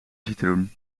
citroen